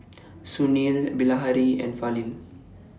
Sunil Bilahari and Fali